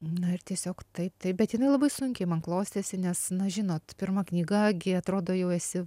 na ir tiesiog taip taip bet jinai labai sunkiai man klostėsi nes na žinot pirma knyga gi atrodo jau esi